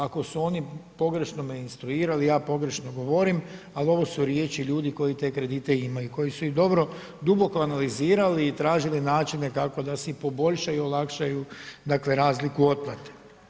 Ako su oni pogrešno me instruirali, ja pogrešno govorim ali ovo su riječi ljudi koji te kredite imaju koji su ih dobro, duboko analizirali i tražili načine kako da si poboljšaju i olakšaju dakle razliku otplate.